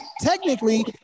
technically